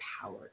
power